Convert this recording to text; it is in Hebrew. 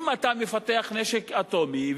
אם אתה מפתח נשק אטומי,